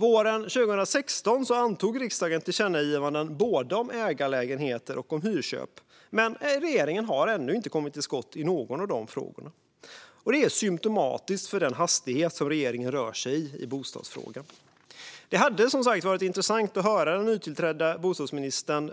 Våren 2016 antog riksdagen tillkännagivanden både om ägarlägenheter och om hyrköp, men regeringen har ännu inte kommit till skott i någon av dessa frågor. Det är symtomatiskt för den hastighet som regeringen rör sig i när det gäller bostadsfrågan. Det hade som sagt varit intressant att höra om den nytillträdda bostadsministern